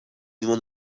mimo